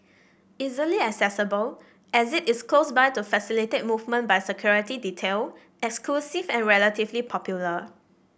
easily accessible exit is close by to facilitate movement by security detail exclusive and relatively popular